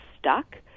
stuck